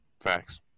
Facts